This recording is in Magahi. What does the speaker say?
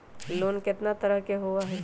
लोन केतना तरह के होअ हई?